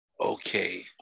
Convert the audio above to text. Okay